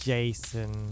Jason